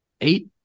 eight